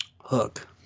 Hook